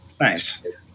Nice